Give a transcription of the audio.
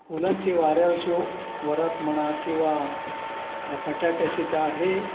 पु लंची वाऱ्यावरची वरात म्हणा किंवा बटाट्याची चाळ हे